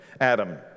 Adam